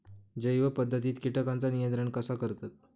जैव पध्दतीत किटकांचा नियंत्रण कसा करतत?